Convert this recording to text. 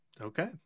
Okay